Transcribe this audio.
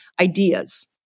ideas